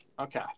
Okay